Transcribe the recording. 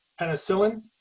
penicillin